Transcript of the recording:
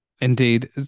Indeed